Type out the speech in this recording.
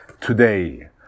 today